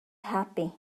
happy